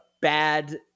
bad